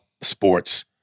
sports